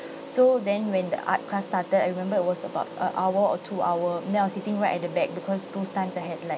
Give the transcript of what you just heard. so then when the art class started I remembered it was about a hour or two hour then I was sitting right at the back because those times I had like